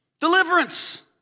Deliverance